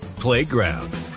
Playground